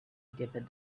appeared